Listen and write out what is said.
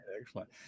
excellent